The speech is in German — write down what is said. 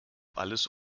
alles